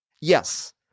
Yes